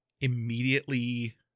immediately